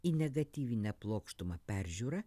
į negatyvinę plokštumą peržiūra